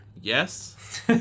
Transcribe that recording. yes